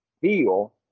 feel